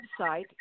website